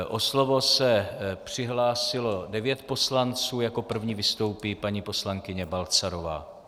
O slovo se přihlásilo devět poslanců, jako první vystoupí paní poslankyně Balcarová.